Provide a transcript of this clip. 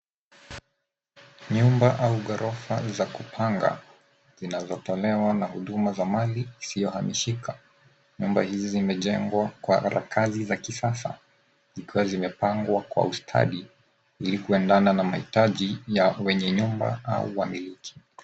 Nyumba au ghorofa za kupanga zinazotolewa na huduma za mali isiyohamishika. Nyumba hizi zimejengwa kwa arakazi za kisasa zikiwa zimepangwa kwa ustadi ili kuendana na mahitaji ya wenye nyumba au wamiliki.